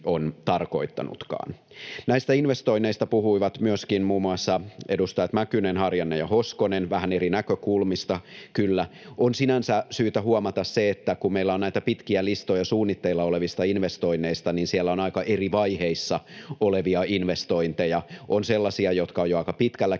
Näistä investoinneista puhuivat myöskin muun muassa edustajat Mäkynen, Harjanne ja Hoskonen, vähän eri näkökulmista kyllä. On sinänsä syytä huomata se, että kun meillä on näitä pitkiä listoja suunnitteilla olevista investoinneista, niin siellä on aika eri vaiheissa olevia investointeja. On sellaisia, jotka ovat jo aika pitkälläkin